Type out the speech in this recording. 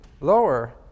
lower